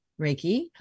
Reiki